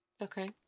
Okay